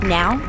now